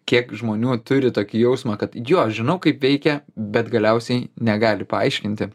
kiek žmonių turi tokį jausmą kad jo žinau kaip veikia bet galiausiai negali paaiškinti